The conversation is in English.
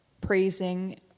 praising